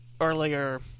Earlier